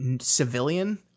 civilian